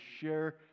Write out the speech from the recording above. share